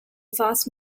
vast